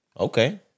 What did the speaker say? Okay